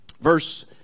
verse